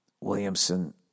Williamson